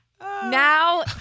Now